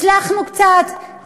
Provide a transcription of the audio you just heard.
הצלחנו קצת,